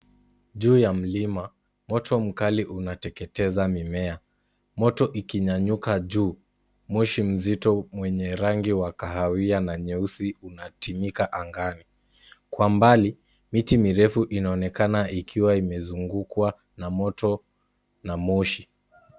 Juu ya mlima, moto mkali unateketeza mimea. Moto ikinyanyuka juu, moshi mzito mwenye rangi wa kahawia na nyeusi unatimika angani. Kwa mbali, miti mirefu inaonekana ikiwa imezungukwa na moto na moshi.